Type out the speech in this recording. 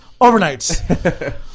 overnights